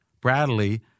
Bradley